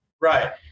Right